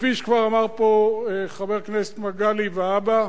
כפי שכבר אמר פה חבר הכנסת מגלי והבה,